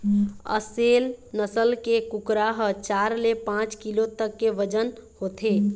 असेल नसल के कुकरा ह चार ले पाँच किलो तक के बजन होथे